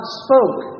spoke